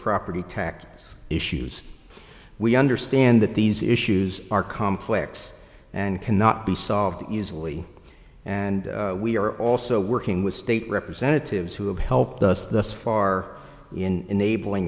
property tax issues we understand that these issues are complex and cannot be solved easily and we are also working with state representatives who have helped us this far in